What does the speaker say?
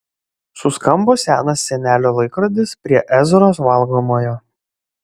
suskambo senas senelio laikrodis prie ezros valgomojo